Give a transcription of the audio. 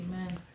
Amen